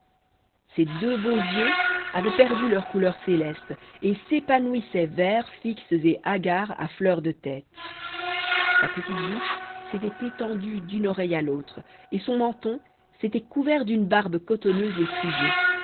ses deux beaux yeux avaient perdu leur couleur céleste et s'épanouissaient verts fixes et hagards à fleur de tête sa petite bouche s'était étendue d'une oreille à l'autre et son menton s'était couvert d'une barbe cotonneuse et frisée